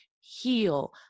Heal